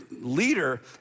leader